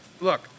Look